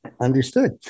Understood